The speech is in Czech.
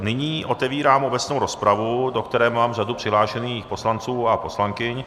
Nyní otevírám obecnou rozpravu, do které mám řadu přihlášených poslanců a poslankyň.